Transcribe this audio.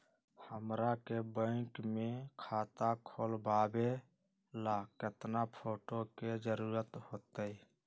हमरा के बैंक में खाता खोलबाबे ला केतना फोटो के जरूरत होतई?